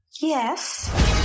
yes